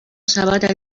sabata